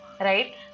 right